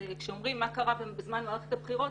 כאשר אומרים מה קרה בזמן מערכת הבחירות,